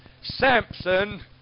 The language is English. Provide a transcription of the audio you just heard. Samson